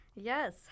Yes